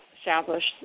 established